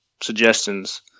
suggestions